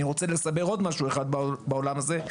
אני רוצה לסבר עוד משהו אחד בעולם הזה.